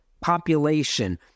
population